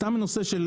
קשקוש.